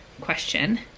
question